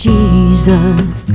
Jesus